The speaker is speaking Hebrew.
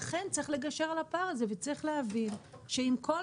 לכן צריך לגשר על הפער הזה וצריך להבין שעם כל,